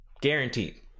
Guaranteed